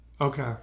Okay